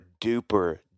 duper